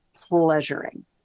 pleasuring